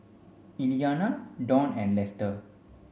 Elianna Dawn and Lester